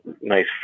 nice